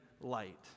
light